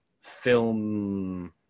film